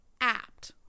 apt